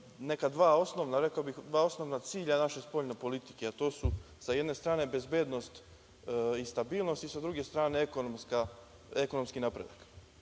svega da naglasim neka dva osnovna cilja naše spoljne politike, a to su, sa jedne strane, bezbednost i stabilnost i, sa druge strane, ekonomski napredak. Nijedna